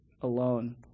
alone